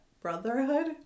Brotherhood